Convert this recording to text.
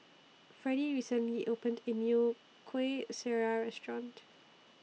Freddie recently opened A New Kuih Syara Restaurant